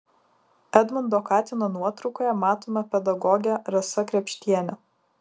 edmundo katino nuotraukoje matoma pedagogė rasa krėpštienė